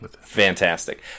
fantastic